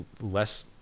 less